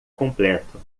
completo